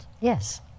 Yes